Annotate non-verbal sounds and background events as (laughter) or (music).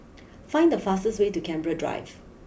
(noise) find the fastest way to Canberra Drive